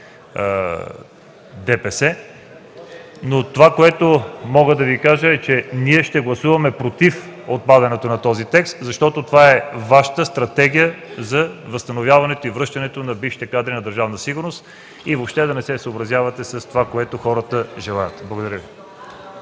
ДПС, „Атака” и КБ, но ще гласуваме против отпадането на този текст, защото това е Вашата стратегия за възстановяването и връщането на бившите кадри на Държавна сигурност и въобще да не се съобразявате с това, което хората желаят. Благодаря Ви.